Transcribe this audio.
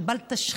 של בל תשחית,